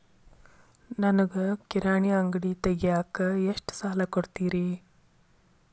ನನಗ ಕಿರಾಣಿ ಅಂಗಡಿ ತಗಿಯಾಕ್ ಎಷ್ಟ ಸಾಲ ಕೊಡ್ತೇರಿ?